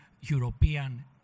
European